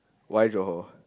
why johor